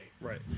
Right